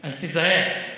אז תיזהר.